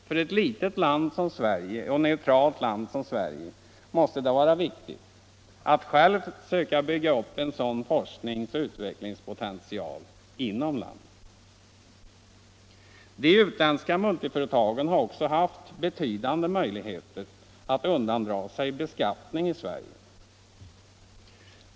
För ett litet neutralt land som Sverige måste det vara viktigt att söka bygga upp en sådan forskningsoch utvecklings potential inom landet. De utlandsägda multiföretagen har också haft betydande möjligheter att undandra sig beskattning i Sverige.